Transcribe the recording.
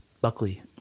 Buckley